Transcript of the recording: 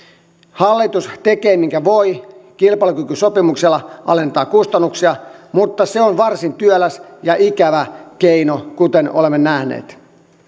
hallitus tekee minkä voi kilpailukykysopimuksella alentaa kustannuksia mutta se on varsin työläs ja ikävä keino kuten olemme nähneet